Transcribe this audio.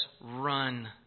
run